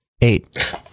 Eight